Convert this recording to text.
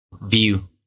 view